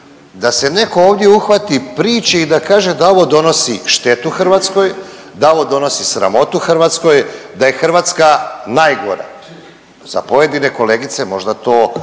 da se neko ovdje uhvati priče i da kaže da ovo donosi štetu Hrvatskoj, da ovo donosi sramotu Hrvatskoj, da je Hrvatska najgora, za pojedine kolegice možda to uistinu